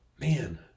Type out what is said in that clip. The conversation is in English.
man